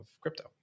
crypto